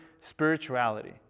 spirituality